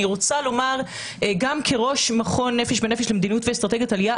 אני רוצה לומר גם כראש מכון "נפש בנפש" למדיניות ואסטרטגיית עלייה,